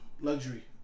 luxury